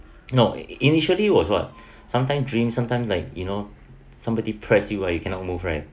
no initially was what sometimes dream sometimes like you know somebody press you ah you cannot move right